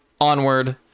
onward